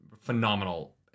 phenomenal